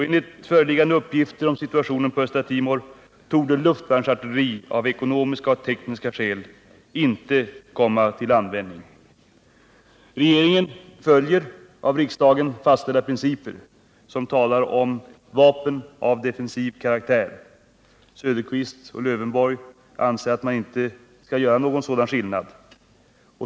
Enligt föreliggande uppgifter om situationen på Östra Timor torde luftvärnsartilleri av ekonomiska och tekniska skäl inte komma till användning. Regeringen följer av riksdagen fastställda principer, som talar om vapen av defensiv karaktär. Oswald Söderqvist och Alf Lövenborg anser att man inte skall göra någon skillnad.